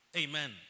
Amen